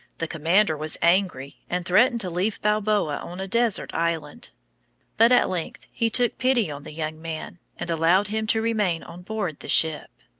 the commander was angry, and threatened to leave balboa on a desert island but at length he took pity on the young man, and allowed him to remain on board the ship.